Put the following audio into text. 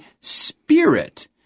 spirit